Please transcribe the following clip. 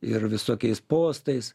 ir visokiais postais